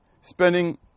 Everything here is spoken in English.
spending